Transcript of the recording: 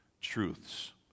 truths